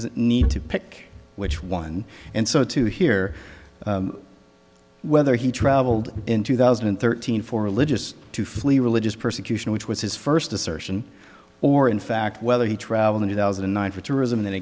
doesn't need to pick which one and so to hear whether he traveled in two thousand and thirteen for religious to flee religious persecution which was his first assertion or in fact whether he traveled in two thousand and nine for tourism